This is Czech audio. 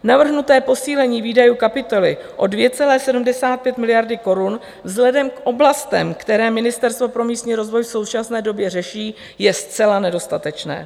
Navržené posílení výdajů kapitoly o 2,75 miliardy korun vzhledem k oblastem, které Ministerstvo pro místní rozvoj v současné době řeší, je zcela nedostatečné.